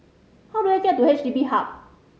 how do I get to H D B Hub